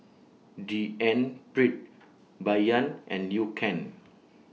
D N Pritt Bai Yan and Liu Kang